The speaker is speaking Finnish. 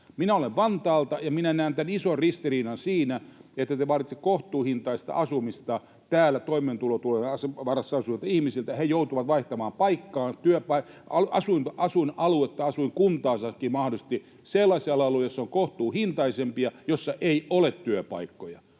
Minä olen Vantaalta, ja minä näen tämän ison ristiriidan siinä, että te vaaditte kohtuuhintaista asumista toimeentulotuen varassa asuvilta ihmisiltä. He joutuvat vaihtamaan paikkaa, asuinaluetta, asuinkuntaansakin mahdollisesti, sellaiselle alueelle, missä on kohtuuhintaisempaa mutta missä ei ole työpaikkoja.